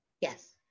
Yes